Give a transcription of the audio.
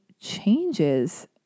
changes